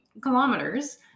kilometers